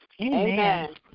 Amen